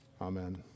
Amen